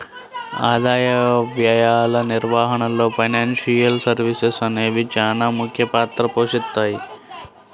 ఆదాయ వ్యయాల నిర్వహణలో ఫైనాన్షియల్ సర్వీసెస్ అనేవి చానా ముఖ్య పాత్ర పోషిత్తాయి